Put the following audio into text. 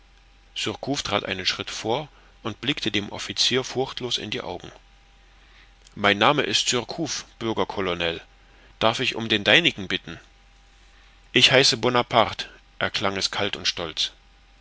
trat einen schritt vor und blickte dem offizier furchtlos in die augen mein name ist surcouf bürger colonel darf ich um den deinigen bitten ich heiße bonaparte erklang es kalt und stolz